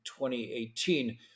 2018